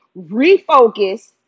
refocus